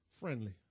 friendly